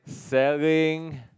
saving